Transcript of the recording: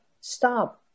stop